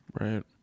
Right